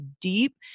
deep